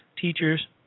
teachers